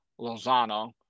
Lozano